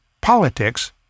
Politics